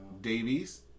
Davies